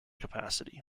capacity